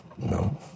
No